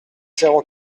zéro